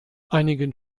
einigen